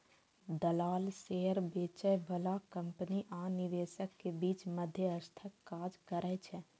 दलाल शेयर बेचय बला कंपनी आ निवेशक के बीच मध्यस्थक काज करै छै